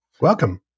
Welcome